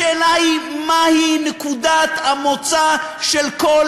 השאלה היא מה היא נקודת המוצא של כל